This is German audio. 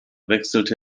wechselte